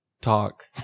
talk